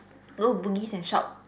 go bugis and shop